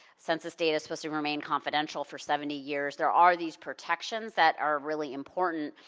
census data is supposed to remain confidential for seventy years. there are these protections that are really important.